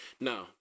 Now